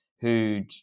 who'd